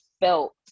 felt